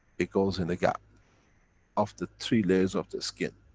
it goes in the gap of the three layers of the skin.